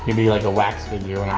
you know be like a wax figure,